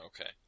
Okay